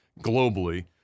globally